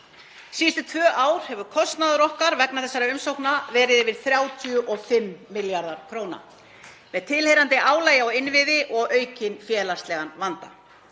Síðustu tvö ár hefur kostnaður okkar vegna þessara umsókna verið yfir 35 milljarðar kr. með tilheyrandi álagi á innviði og auknum félagslegum vanda.